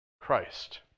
Christ